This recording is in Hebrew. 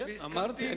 אמרתי.